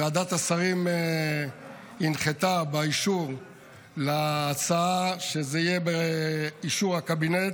ועדת השרים הנחתה באישור להצעה שזה יהיה באישור הקבינט,